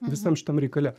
visam šitam reikale